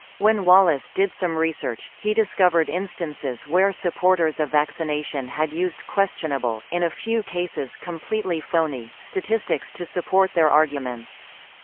when wallace did some research, he discovered instances where supporters of vaccination had used questionable, in a few cases completely phony, statistics to support their arguments.